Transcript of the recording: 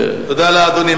תודה לאדוני.